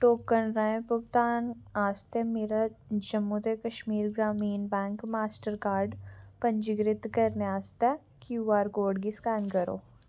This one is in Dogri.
टोकन राहें भुगतान आस्तै मेरा जम्मू ते कश्मीर ग्रामीण बैंक मास्टर कार्ड पंजीकृत करने आस्तै क्यूआर कोड गी स्कैन करो